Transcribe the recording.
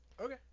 Okay